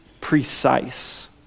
precise